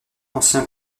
ancien